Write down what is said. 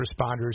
responders